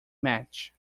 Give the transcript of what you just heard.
match